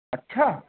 अच्छा